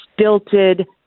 stilted